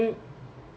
ya